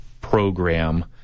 program